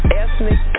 ethnic